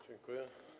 Dziękuję.